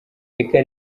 reka